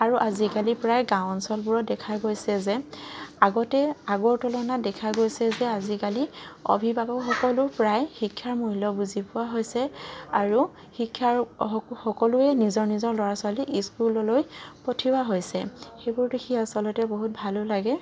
আৰু আজিকালি প্ৰায় গাঁও অঞ্চলবোৰত দেখা গৈছে যে আগতে আগৰ তুলনাত দেখা গৈছে যে আজিকালি অভিভাৱকসকলো প্ৰায় শিক্ষাৰ মূল্য বুজি পোৱা হৈছে আৰু শিক্ষাৰ সকলোৱে নিজৰ নিজৰ ল'ৰা ছোৱালী স্কুললৈ পঠিওৱা হৈছে সেইবোৰ দেখি আচলতে বহুত ভালো লাগে